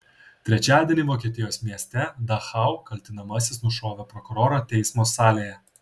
trečiadienį vokietijos mieste dachau kaltinamasis nušovė prokurorą teismo salėje